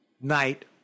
night